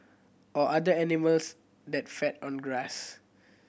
or other animals that feed on grass